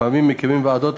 לפעמים מקימים ועדות,